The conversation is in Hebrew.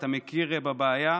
ואתה מכיר בבעיה.